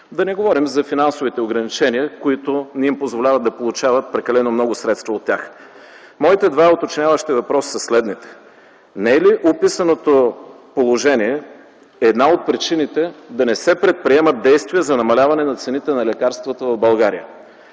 Да не говорим за финансовите ограничения, които не им позволяват да получават прекалено много средства от тях. Моите два уточняващи въпроса са следните. Не е ли описаното положение една от причините да не се предприемат действия за намаляване на цените на лекарствата в България?